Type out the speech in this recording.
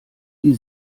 die